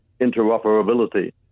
interoperability